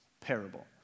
Parable